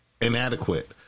inadequate